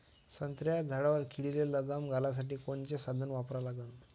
संत्र्याच्या झाडावर किडीले लगाम घालासाठी कोनचे साधनं वापरा लागन?